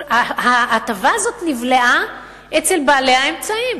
ההטבה הזאת נבלעה אצל בעלי האמצעים.